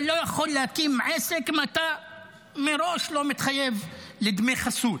אתה לא יכול להקים עסק אם אתה מראש לא מתחייב לדמי חסות.